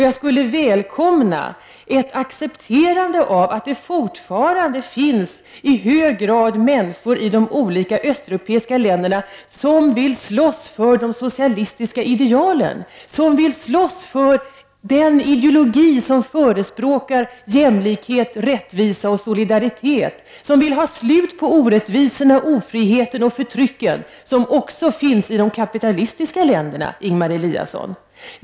Jag skulle välkomna ett accepterande av att det fortfarande i stor utsträckning finns människor i de östeuropeiska länderna som vill slåss för de socialistiska idealen, en ideologi som förespråkar jämlikhet, rättvisa och solidari tet, som vill ha slut på de orättvisor, den ofrihet och det förtryck som också finns i de kapitaliska länderna.